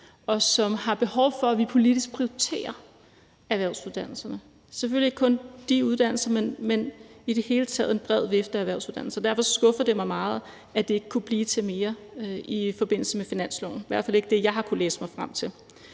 og som har behov for, at vi politisk prioriterer erhvervsuddannelserne – selvfølgelig ikke kun de uddannelser, men i det hele taget en bred vifte af erhvervsuddannelser. Derfor skuffer det mig meget, at det ikke kunne blive til mere i forbindelse med finansloven, i hvert fald ikke efter det, jeg har kunnet læse mig frem til.